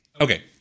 Okay